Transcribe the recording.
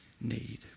need